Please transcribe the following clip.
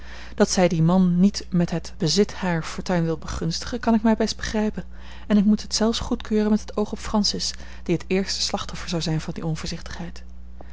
dat zij dien man niet met het bezit harer fortuin wil begunstigen kan ik mij best begrijpen en ik moet het zelfs goedkeuren met het oog op francis die het eerste slachtoffer zou zijn van die onvoorzichtigheid